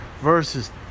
versus